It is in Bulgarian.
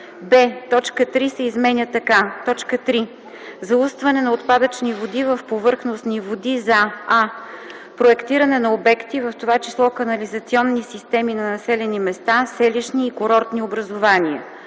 б) точка 3 се изменя така: „3. заустване на отпадъчни води в повърхностни води за: а) проектиране на обекти, в т. ч. канализационни системи на населени места, селищни и курортни образувания;